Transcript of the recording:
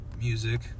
music